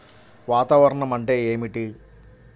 వాతావరణం అంటే ఏమిటి?